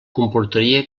comportaria